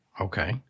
Okay